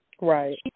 right